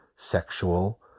sexual